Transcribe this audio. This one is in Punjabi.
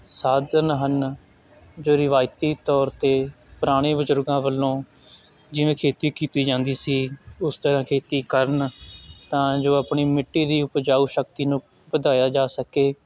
ਸਾਧਨ ਹਨ ਜੋ ਰਿਵਾਇਤੀ ਤੌਰ 'ਤੇ ਪੁਰਾਣੇ ਬਜ਼ਰੁਗਾਂ ਵੱਲੋਂ ਜਿਵੇਂ ਖੇਤੀ ਕੀਤੀ ਜਾਂਦੀ ਸੀ ਉਸ ਤਰ੍ਹਾਂ ਖੇਤੀ ਕਰਨ ਤਾਂ ਜੋ ਅਪਣੀ ਮਿੱਟੀ ਦੀ ਉਪਜਾਊ ਸ਼ਕਤੀ ਨੂੰ ਵਧਾਇਆ ਜਾ ਸਕੇ